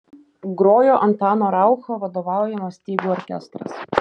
grojo antano raucho vadovaujamas stygų orkestras